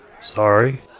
Sorry